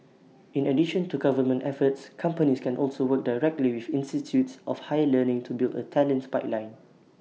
in addition to government efforts companies can also work directly with institutes of higher learning to build A talents pipeline